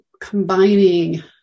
combining